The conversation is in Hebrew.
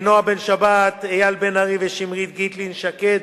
נועה בן-שבת, אייל לב-ארי ושמרית גיטלין-שקד,